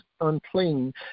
unclean